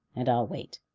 and i'll wait.